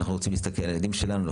אנחנו רוצים להסתכל על הילדים שלנו,